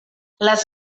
les